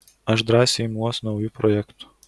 aš drąsiai imuos naujų projektų